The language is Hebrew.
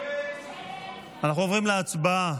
אנחנו עוברים להצבעה